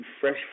fresh